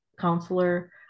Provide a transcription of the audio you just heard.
counselor